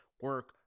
Work